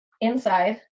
inside